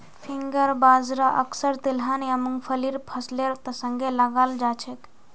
finger बाजरा अक्सर तिलहन या मुंगफलीर फसलेर संगे लगाल जाछेक